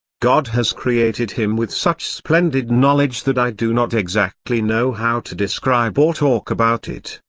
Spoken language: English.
god has created him with such splendid knowledge that i do not exactly know how to describe or talk about it.